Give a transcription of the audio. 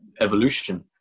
evolution